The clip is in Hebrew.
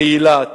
לאילת,